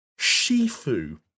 shifu